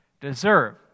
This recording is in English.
deserve